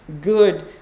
good